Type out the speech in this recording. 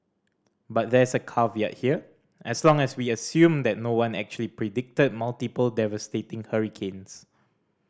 but there's a caveat here as long as we assume that no one actually predicted multiple devastating hurricanes